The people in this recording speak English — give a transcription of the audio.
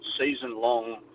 season-long